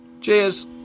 Cheers